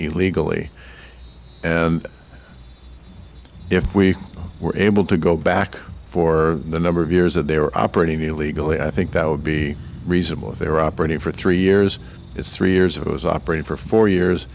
illegally and if we were able to go back for the number of years that they were operating illegally i think that would be reasonable if they were operating for three years is three years it was operating for four years